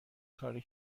کاری